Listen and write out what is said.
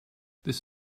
this